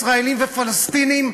ישראלים ופלסטינים,